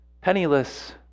penniless